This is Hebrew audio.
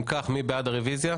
אם כך, מי בעד הרוויזיה?